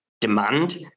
demand